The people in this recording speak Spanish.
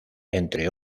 entre